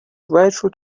grateful